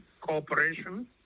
cooperation